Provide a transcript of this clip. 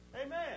Amen